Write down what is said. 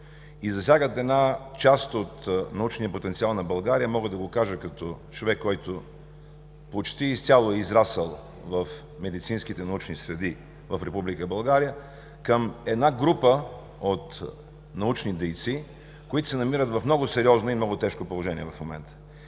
и засягат една част от научния потенциал на България. Мога да го кажа като човек, който почти изцяло е израснал в медицинските научни среди в Република България – една група от научни дейци, които се намират в много сериозно и тежко положение в момента.